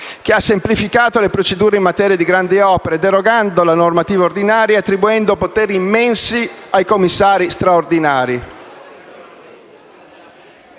che ha semplificato le procedure in materia di grandi opere derogando la normativa ordinaria e attribuendo poteri immensi ai commissari straordinari.